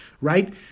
right